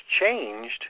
changed